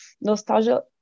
Nostalgia